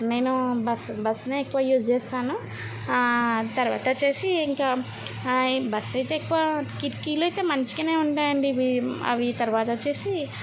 నేనూ బస్ బస్ను ఎక్కువ యూజ్ చేస్తాను తర్వాతొచ్చేసి ఇంకా ఆయ్ బస్ అయితే ఎక్కువ కిటికీలు అయితే మంచిగనే ఉంటాయండి ఇవి అవి తర్వాతొచ్చేసి